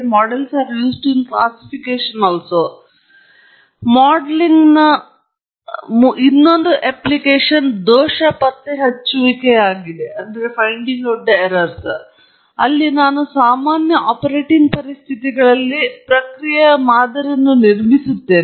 ಮತ್ತು ಮಾಡೆಲಿಂಗ್ನ ಮೂರನೇ ಅಪ್ಲಿಕೇಶನ್ ದೋಷ ಪತ್ತೆಹಚ್ಚುವಿಕೆಯಾಗಿದೆ ಅಲ್ಲಿ ನಾನು ಸಾಮಾನ್ಯ ಆಪರೇಟಿಂಗ್ ಪರಿಸ್ಥಿತಿಗಳಲ್ಲಿ ಪ್ರಕ್ರಿಯೆಯ ಮಾದರಿಯನ್ನು ನಿರ್ಮಿಸುತ್ತೇನೆ